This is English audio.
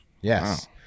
Yes